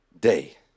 day